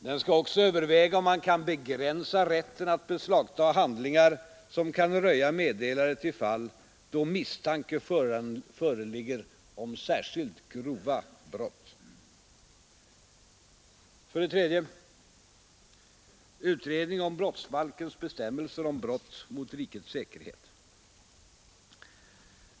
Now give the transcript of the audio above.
Den skall också överväga om man kan begränsa rätten att beslagta handlingar som kan röja meddelare till fall då misstanke föreligger om särskilt grova brott. För det tredje: Utredning om brottsbalkens bestämmelser om brott mot rikets säkerhet.